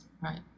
Right